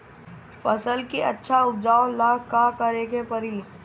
फसल के अच्छा उपजाव ला का करे के परी?